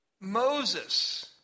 Moses